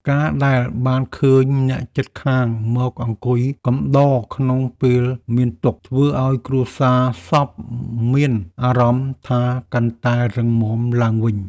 ការដែលបានឃើញអ្នកជិតខាងមកអង្គុយកំដរក្នុងពេលមានទុក្ខ ធ្វើឱ្យគ្រួសារសពមានអារម្មណ៍ថាកាន់តែរឹងមាំឡើងវិញ។